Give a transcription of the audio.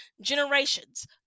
generations